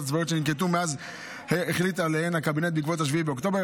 הצבאיות שננקטות מאז החליט עליהן הקבינט בעקבות 7 באוקטובר.